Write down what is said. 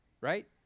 Right